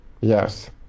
Yes